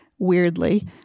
weirdly